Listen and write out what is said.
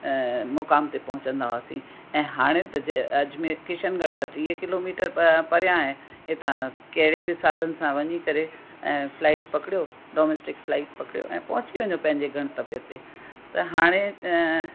मुक़ाम ते पहुचंदा हुआसीं ऐं हाणे त ज अजमेर किशनगढ़ त टीह किलोमीटर परियां आहे हितां कहिड़े बि साधन सां वञी करे ऐं फ़्लाइट पकिड़ियो डोमेस्टिक फ़्लाइट पकिड़ियो ऐं पहुची वञो पंहिंजे गंतव्य ते त हाणे